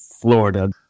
florida